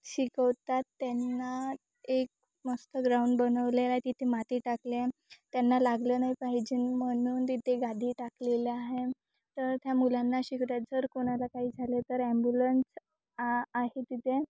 शिकवतात त्यांना एक मस्त ग्राउंड बनवलेलं आहे तिथे माती टाकले आहे त्यांना लागलं नाही पाहिजे म्हणून तिथे गादी टाकलेले आहे तर त्या मुलांना शिकण्यात जर कोणाला काही झालं तर ॲम्ब्युलन्स आ आहे तिथे